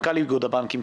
מנכ"ל איגוד הבנקים,